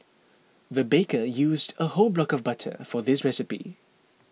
the baker used a whole block of butter for this recipe